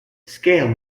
scale